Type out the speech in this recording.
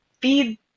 feed